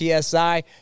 PSI